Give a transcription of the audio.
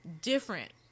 different